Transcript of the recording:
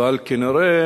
אבל כנראה